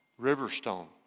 Riverstone